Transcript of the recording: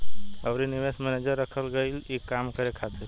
अउरी निवेश मैनेजर रखल गईल ई काम करे खातिर